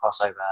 crossover